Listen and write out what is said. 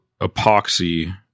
epoxy